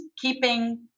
keeping